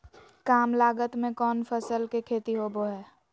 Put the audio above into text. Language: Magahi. काम लागत में कौन फसल के खेती होबो हाय?